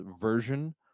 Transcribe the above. version